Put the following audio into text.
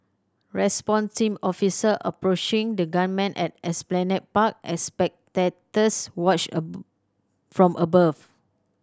response team officers approaching the gunman at Esplanade Park as spectators watch a from above